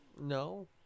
no